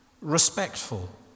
respectful